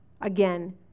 again